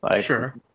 Sure